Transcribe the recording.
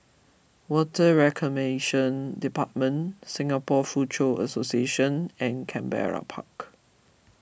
Water Reclamation Department Singapore Foochow Association and Canberra Park